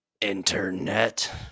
internet